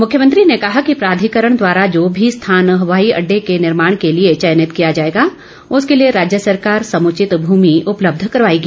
मुख्यमंत्री ने केहा कि प्राधिकरण द्वारा जो भी स्थान हवाई अड्डे के निर्माण के लिए चयनित किया जाएगा उसके लिए राज्य सरकार समुचित भूमि उपलब्ध कराएगी